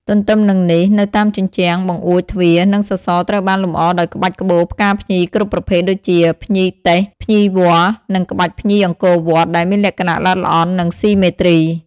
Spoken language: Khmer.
ទទ្ទឹមនឹងនេះ នៅតាមជញ្ជាំង បង្អួច ទ្វារ និងសសរត្រូវបានលម្អដោយក្បាច់ក្បូរផ្កាភ្ញីគ្រប់ប្រភេទដូចជាភ្ញីទេស ភ្ញីវល្លិ និងក្បាច់ភ្ញីអង្គរវត្ត ដែលមានលក្ខណៈល្អិតល្អន់ និងស៊ីមេទ្រី។